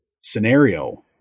scenario